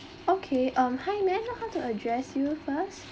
okay um hi may I know how to address you first